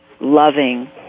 loving